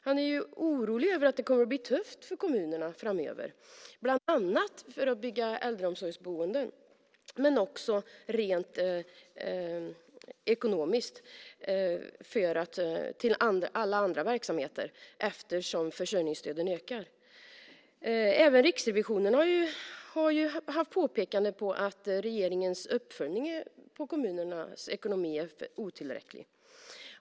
Han är orolig över att det kommer att bli tufft för kommunerna framöver att bland annat bygga äldreboenden men också rent ekonomiskt för alla andra verksamheter, eftersom försörjningsstöden ökar. Även Riksrevisionen har haft påpekanden om att regeringens uppföljning av kommunernas ekonomi är otillräcklig.